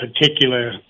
particular